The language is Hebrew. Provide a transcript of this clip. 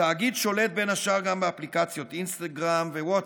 התאגיד שולט בין השאר גם באפליקציות אינסטגרם ווטסאפ.